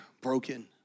broken